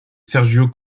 sergio